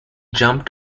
jumped